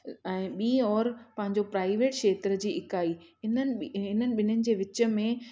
ऐं ॿी और पंहिंजो प्राइवेट क्षेत्र जी इकाई इन्हनि इन्हनि ॿिन्हिनि जे विच में